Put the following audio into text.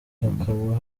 hakaba